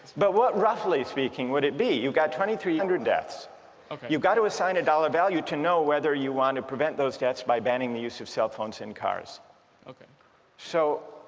but what roughly speaking would it be? you've got twenty three hundred deaths you've got to assign a dollar value to know whether you want to prevent those deaths by banning the use of cell phones in cars so